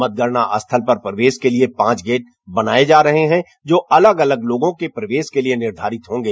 मतगणना स्थल पर प्रवेश के लिए पांच गेट बनाए जा रहे हैं जो अलग अलग लोगों के प्रवेश के लिए निर्धारित होंगें